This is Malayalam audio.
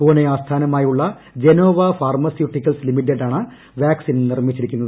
പൂനെ ആസ്ഥാനമായുളള ജനോവ ഫാർമസ്യൂട്ടിക്കൽസ് ലിമിറ്റഡാണ് വാക്സിൻ നിർമ്മിച്ചിരിക്കുന്നത്